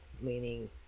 meaning